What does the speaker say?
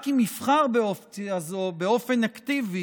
רק אם יבחר באופציה זו באופן אקטיבי